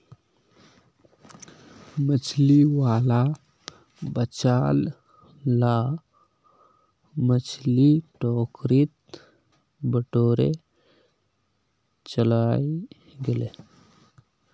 मछली वाला बचाल ला मछली टोकरीत बटोरे चलइ गेले